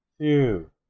two